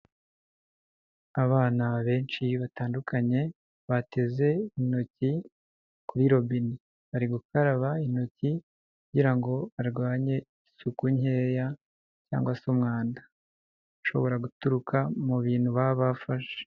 Abana benshi batandukanye, bateze intoki kuri robine, bari gukaraba intoki kugirango barwanye isuku nkeya cyangwa se umwanda ushobora guturuka mu bintu baba bafashe.